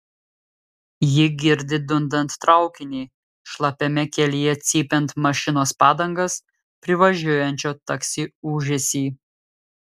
ji girdi dundant traukinį šlapiame kelyje cypiant mašinos padangas privažiuojančio taksi ūžesį